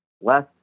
less